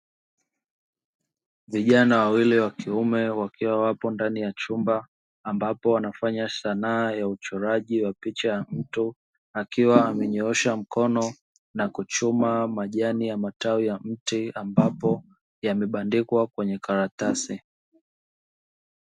Vijana wawili wa kiume wakiwa wapo ndani ya chumba ambapo wanafanya sanaa ya uchoraji wa picha ya mtu akiwa amenyoosha mkono na kuchoma majani ya matawi ya mti ambapo yamebandikwa kwenye karatasi.